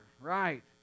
Right